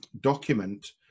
document